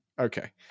Okay